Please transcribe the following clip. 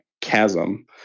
chasm